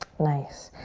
nice.